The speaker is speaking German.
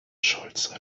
schulze